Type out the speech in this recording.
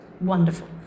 wonderful